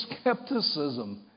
skepticism